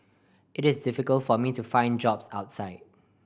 it is difficult for me to find jobs outside